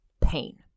pain